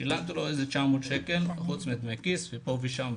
שילמתי על זה כ-900 שקלים, מלבד דמי כיס ואוכל,